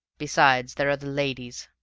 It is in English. besides, there are the ladies